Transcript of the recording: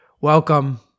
Welcome